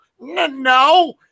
No